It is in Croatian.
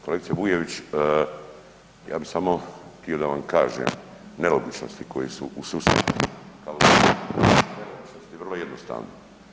Kolegice Bujević, ja bi samo htio da vam kažem nelogičnosti koje su u sustavu … [[Govornik se ne razumije, tehnički problemi.]] vrlo jednostavne.